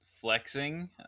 flexing